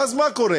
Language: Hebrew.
ואז מה קורה?